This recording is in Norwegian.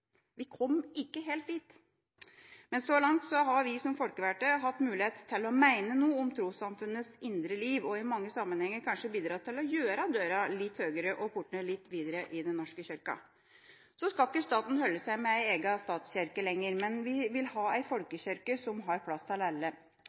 Vi kom ikke helt dit. Så langt har vi som folkevalgte hatt mulighet til å mene noe om trossamfunnets indre liv og i mange sammenhenger kanskje bidratt til å gjøre dørene litt høyere og portene litt videre i Den norske kirke. Så skal ikke staten holde seg med en egen statskirke lenger, men vi vil ha